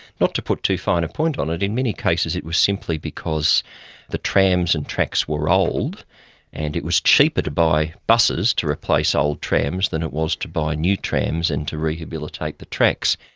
not to put too fine a point on it, in many cases it was simply because the trams and tracks were old and it was cheaper to buy buses to replace old trams, than it was to buy new trams and to rehabilitate the tracks.